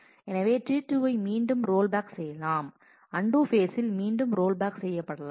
எனவே T2 ஐ மீண்டும் ரோல்பேக் செய்யலாம் அன்டூ ஃபேசில் மீண்டும் ரோல்பேக் செய்யப்படலாம்